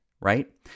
right